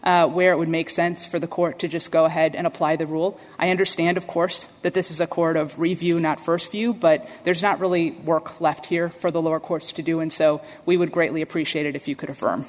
where it would make sense for the court to just go ahead and apply the rule i understand of course that this is a court of review not first view but there's not really work left here for the lower courts to do and so we would greatly appreciate it if you could